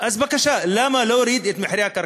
אז בבקשה, למה לא הוריד את מחירי הקרקעות?